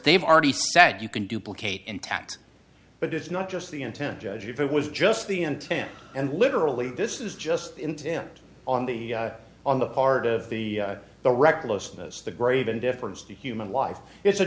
they've already said you can duplicate intact but it's not just the intent judge it was just the intent and literally this is just intent on the on the part of the the recklessness the grave indifference to human life it's a